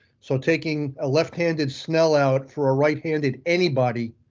so taking a left handed smell out for a right handed anybody?